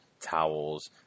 towels